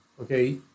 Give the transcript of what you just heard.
Okay